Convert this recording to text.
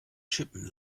chippen